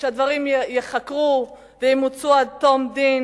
שהדברים ייחקרו וימוצו עד תום דין,